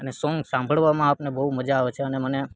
અને સોંગ સાંભળવામાં આપને બહુ મજા આવે છે અને મને